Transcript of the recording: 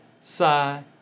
sigh